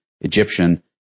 Egyptian